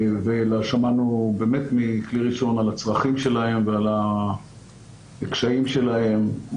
שמענו באמת מכלי ראשון על הצרכים שלהם ועל הקשיים שלהם.